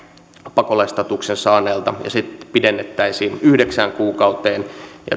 pakolaisstatuksen saaneelta se pidennettäisiin yhdeksään kuukauteen ja